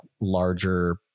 larger